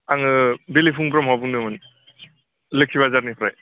आङो बिलिफां ब्रह्म बुंदोंमोन लोखि बाजारनिफ्राय